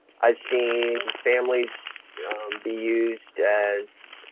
i've seen families be used as